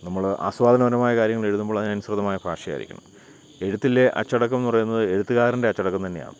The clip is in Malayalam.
നമ്മൾ ആസ്വാദനപരമായ കാര്യങ്ങൾ എഴുതുമ്പോൾ അതിനനുസൃതമായ ഭാഷയായിരിക്കണം എഴുത്തിലെ അച്ചടക്കം എന്ന് പറയുന്നത് എഴുത്തുകാരൻ്റെ അച്ചടക്കം തന്നെയാണ്